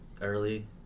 early